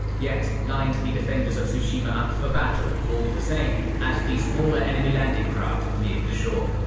yet lined the defenders of tsushima up for battle all the same as the smaller enemy landing craft neared the shore.